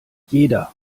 jeder